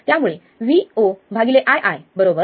त्यामुळे voiiRsgmRLRsRsRmRL